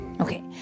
Okay